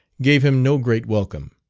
gave him no great welcome.